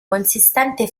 consistente